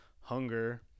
hunger